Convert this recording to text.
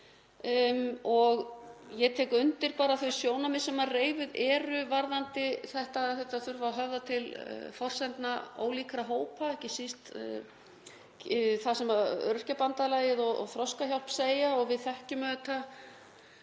Ég tek undir þau sjónarmið sem reifuð eru varðandi þetta, að þetta þurfi að höfða til forsendna ólíkra hópa, ekki síst það sem Öryrkjabandalagið og Þroskahjálp segja og við þekkjum auðvitað